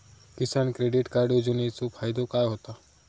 किसान credit card योजनेचो फायदो काय होता?